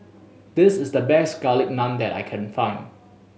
this is the best Garlic Naan that I can find